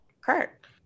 Kurt